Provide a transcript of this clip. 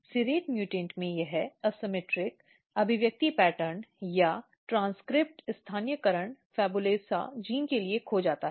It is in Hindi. सीरेट म्यूटेंट में यह असममित अभिव्यक्ति पैटर्न या ट्रांसक्रिप्ट स्थानीयकरण PHABULOSA जीन के लिए खो जाता है